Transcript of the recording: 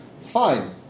fine